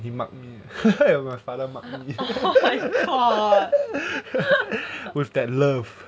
oh my god